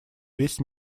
весь